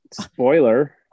spoiler